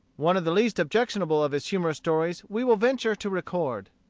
one of the least objectionable of his humorous stories we will venture to record.